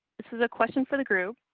this is a question for the group.